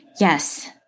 Yes